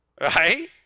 right